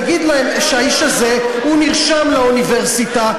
תגיד להם שהאיש הזה נרשם לאוניברסיטה,